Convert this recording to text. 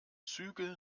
züge